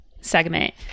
segment